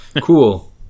cool